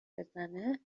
بزنه